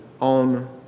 on